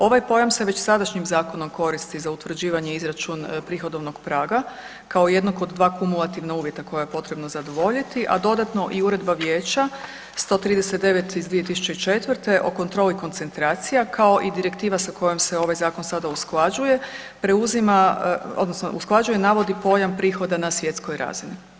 Ovaj pojam se već sadašnjim zakonom koristi za utvrđivanje izračun prihodovnog praga kao jednog od dva kumulativna uvjeta koja je potrebno zadovoljiti, a dodano i Uredba Vijeća 139/2004 o kontroli koncentracija, kao i direktiva sa kojom se ovaj zakon sada usklađuje, preuzima, odnosno usklađuje i navodi pojam prihoda na svjetskoj razini.